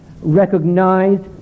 recognized